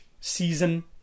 season